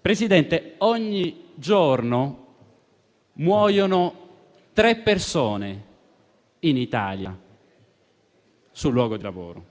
Presidente, ogni giorno muoiono tre persone in Italia sul luogo di lavoro